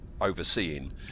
overseeing